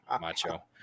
macho